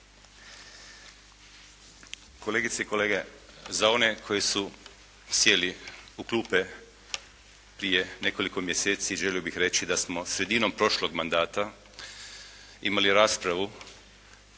Kolegice i kolege, za one koji su sjeli u klupe prije nekoliko mjeseci, želio bih reći da smo sredinom prošlog mandata imali raspravu